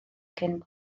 cyn